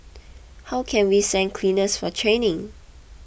how can we send cleaners for training